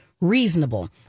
Reasonable